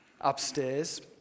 upstairs